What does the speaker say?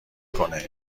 کنه